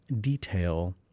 detail